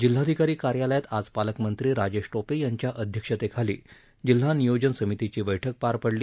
जिल्हाधिकारी कार्यालयात आज पालकमंत्री राजेश टोपे यांच्या अध्यक्षतेखाली जिल्हा नियोजन समितीची बैठक पार पडली